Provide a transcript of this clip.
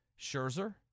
Scherzer